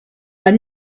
i’m